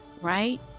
Right